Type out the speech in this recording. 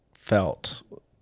felt